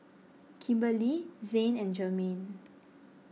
Kimberli Zain and Germaine